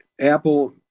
apple